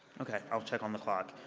okay. i'm check on the clock.